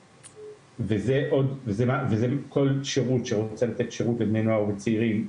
וזה כל שירות שרוצה לתת שירות לבני נוער וצעירים,